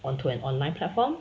onto an online platform